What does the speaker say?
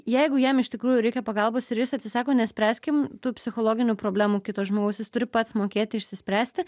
jeigu jam iš tikrųjų reikia pagalbos ir jis atsisako nespręskim tų psichologinių problemų kito žmogaus jis turi pats mokėti išsispręsti